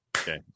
Okay